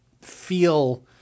feel